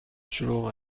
شلوغ